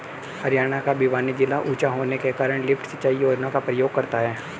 हरियाणा का भिवानी जिला ऊंचा होने के कारण लिफ्ट सिंचाई योजना का प्रयोग करता है